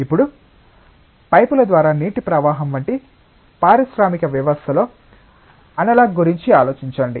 ఇప్పుడు పైపుల ద్వారా నీటి ప్రవాహం వంటి పారిశ్రామిక వ్యవస్థలో అనలాగ్ గురించి ఆలోచించండి